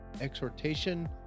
exhortation